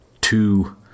two